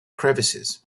crevices